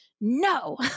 no